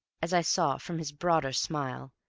as i saw from his broader smile,